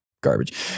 garbage